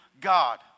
God